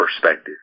perspective